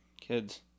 kids